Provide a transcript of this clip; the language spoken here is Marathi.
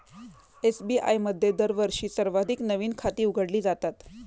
एस.बी.आय मध्ये दरवर्षी सर्वाधिक नवीन खाती उघडली जातात